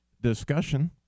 discussion